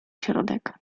środek